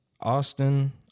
Austin